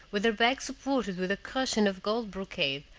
with her back supported with a cushion of gold brocade,